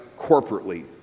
corporately